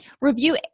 Review